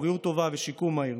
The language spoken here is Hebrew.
בריאות טובה ושיקום מהיר.